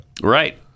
right